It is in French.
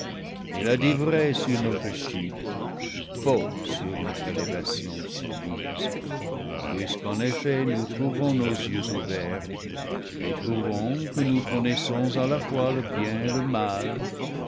il a dit vrai sur noire chute faux sur notre élévation promise puisque en effet nous trouvons nos yeux ouverts et trouvons que nous connaissons à la fois le bien et le mal